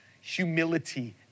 humility